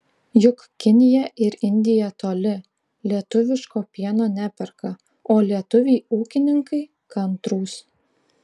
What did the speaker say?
juk kinija ir indija toli lietuviško pieno neperka o lietuviai ūkininkai kantrūs